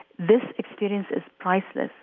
this experience is priceless,